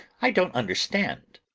i don't understand!